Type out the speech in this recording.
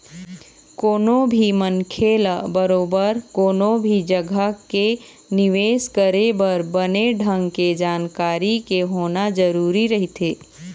कोनो भी मनखे ल बरोबर कोनो भी जघा के निवेश करे बर बने ढंग के जानकारी के होना जरुरी रहिथे